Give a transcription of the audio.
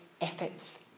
efforts